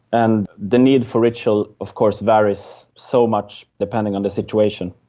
and the need for ritual of course varies so much depending on the situation.